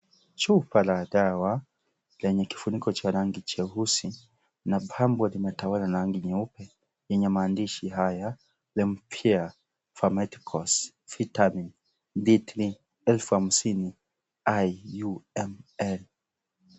Chupa la dawa lenye kifuniko cha rangi cheusi na pambo limetawala rangi nyeupe yenye maandishi haya the mpire pharmeuticals vitamins V3 elfu hamsini IUML.